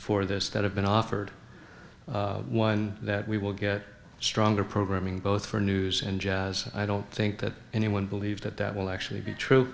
for this that have been offered one that we will get stronger programming both for news and jazz i don't think that anyone believes that that will actually be true